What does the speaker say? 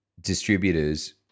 distributors